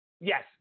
Yes